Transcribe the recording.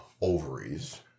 ovaries